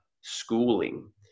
schooling